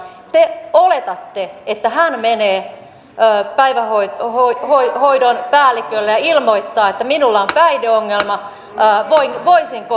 te oletatte että hän menee päivähoidon päällikölle ja ilmoittaa että minulla on päihdeongelma voisinko saada kokopäiväoikeuden